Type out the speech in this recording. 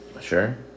Sure